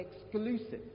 exclusive